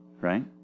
right